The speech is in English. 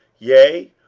yea,